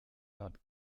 not